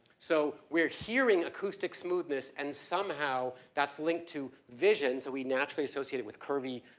so we're hearing acoustic smoothness and somehow that's linked to vision. so we naturally associate it with curvy,